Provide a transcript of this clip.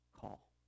call